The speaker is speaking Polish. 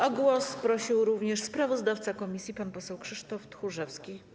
O głos prosił również sprawozdawca komisji pan poseł Krzysztof Tchórzewski.